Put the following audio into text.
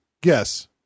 guess